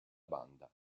banda